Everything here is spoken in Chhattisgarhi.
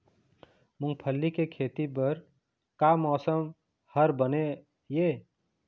मूंगफली के खेती बर का मौसम हर बने ये?